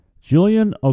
Julian